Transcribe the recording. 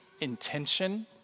intention